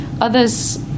others